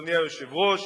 אדוני היושב-ראש,